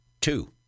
Two